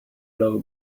low